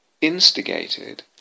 instigated